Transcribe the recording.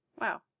Wow